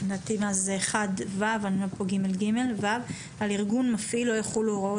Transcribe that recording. לדעתי זה 1(ו) "על ארגון מפעיל לא יחולו הוראות